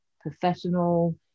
professional